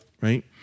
right